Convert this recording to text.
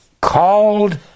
called